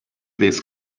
this